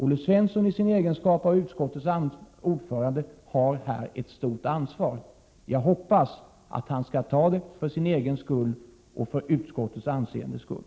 Olle Svensson har i sin egenskap av utskottets ordförande här ett stort ansvar. Jag hoppas att han skall ta det för sin egen skull och för utskottets anseendes skull.